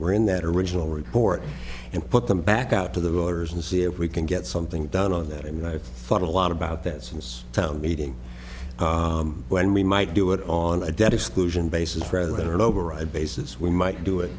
were in that original report and put them back out to the voters and see if we can get something done on that i mean i thought a lot about that since town meeting when we might do it on a debt exclusion basis rather than an override basis we might do it